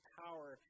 power